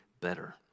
better